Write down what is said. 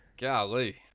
Golly